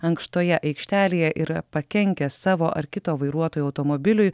ankštoje aikštelėje yra pakenkęs savo ar kito vairuotojo automobiliui